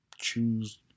Choose